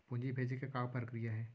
पूंजी भेजे के का प्रक्रिया हे?